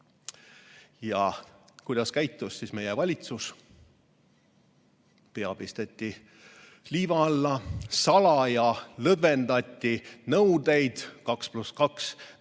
Kuidas käitus siis meie valitsus? Pea pisteti liiva alla, salaja lõdvendati nõudeid, 2 + 2